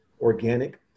organic